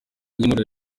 y’umuriro